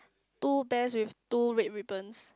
two bears with two red ribbons